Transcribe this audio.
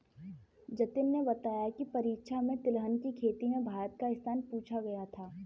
जतिन ने बताया की परीक्षा में तिलहन की खेती में भारत का स्थान पूछा गया था